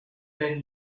than